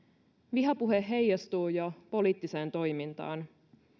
vihapuhe heijastuu jo poliittiseen toimintaan